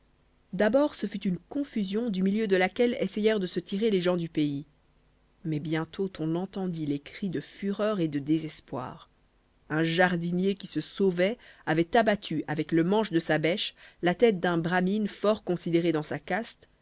d'abord ce fut une confusion du milieu de laquelle essayèrent de se tirer les gens du pays mais bientôt on entendit les cris de fureur et de désespoir un jardinier qui se sauvait avait abattu avec le manche de sa bêche la tête d'un bramine fort considéré dans sa caste